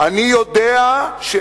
אני לא יודע,